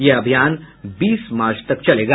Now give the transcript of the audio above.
यह अभियान बीस मार्च तक चलेगा